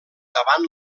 davant